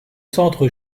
centre